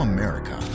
America